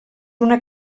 una